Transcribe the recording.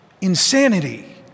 insanity